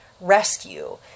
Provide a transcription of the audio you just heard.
rescue